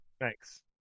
Thanks